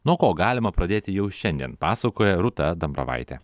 nuo ko galima pradėti jau šiandien pasakoja rūta dambravaitė